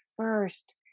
first